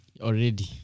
Already